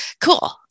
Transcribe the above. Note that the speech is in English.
cool